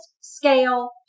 scale